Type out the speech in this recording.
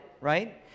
right